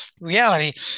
reality